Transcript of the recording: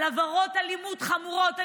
עבירות אלימות חמורות.